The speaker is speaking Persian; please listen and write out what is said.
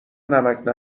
نمکـ